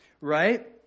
right